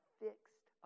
fixed